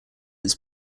its